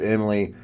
Emily